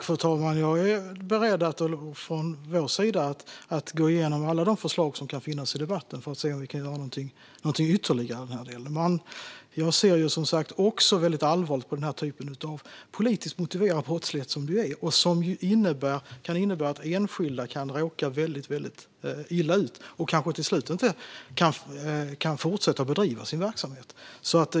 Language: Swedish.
Fru talman! Jag är beredd att gå igenom alla de förslag som kan finnas i debatten för att se om vi kan göra någonting ytterligare i den här delen. Jag ser som sagt också väldigt allvarligt på den typ av politiskt motiverad brottslighet som detta är, som ju kan innebära att enskilda råkar väldigt illa ut och kanske till slut inte kan fortsätta att bedriva sin verksamhet.